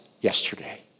yesterday